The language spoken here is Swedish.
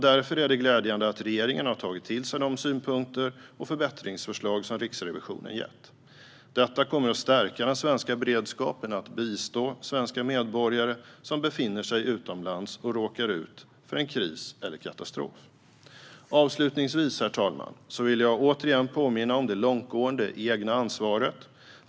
Därför är det glädjande att regeringen har tagit till sig de synpunkter och förbättringsförslag som Riksrevisionen gett. Detta kommer att stärka den svenska beredskapen att bistå svenska medborgare som befinner sig utomlands och råkar ut för en kris eller katastrof. Avslutningsvis, herr talman, vill jag återigen påminna om det långtgående egna ansvaret.